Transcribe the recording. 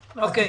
--- תודה,